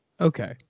Okay